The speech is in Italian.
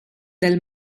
del